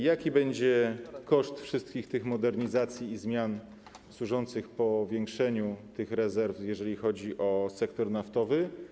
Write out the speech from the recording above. Jaki będzie koszt wszystkich modernizacji i zmian służących powiększeniu tych rezerw, jeżeli chodzi o sektor naftowy?